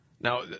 Now